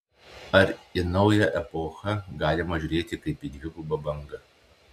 ar į naująją epochą galima žiūrėti kaip į dvigubą bangą